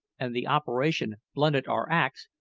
and the operation blunted our axe,